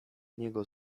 niego